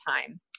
time